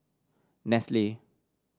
Nestle